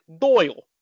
Doyle